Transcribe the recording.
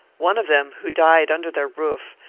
one of them, who died under their roof,